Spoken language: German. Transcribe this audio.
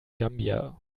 gambia